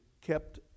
kept